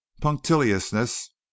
punctiliousness